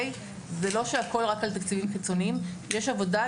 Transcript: זה לא שהכול רק על תקציבים חיצוניים, יש עבודה.